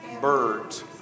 birds